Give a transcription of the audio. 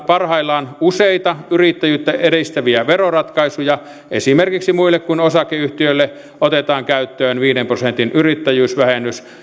parhaillaan useita yrittäjyyttä edistäviä veroratkaisuja esimerkiksi muille kuin osakeyhtiöille otetaan käyttöön viiden prosentin yrittäjyysvähennys